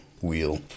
wheel